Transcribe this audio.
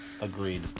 Agreed